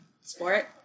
sport